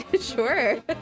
Sure